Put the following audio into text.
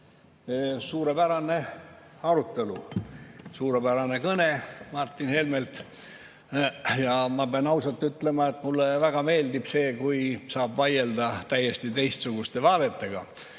Suurepärane arutelu, suurepärane kõne Martin Helmelt. Ma pean ausalt ütlema, et mulle väga meeldib see, kui saab vaielda täiesti teistsuguste vaadetega